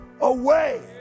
away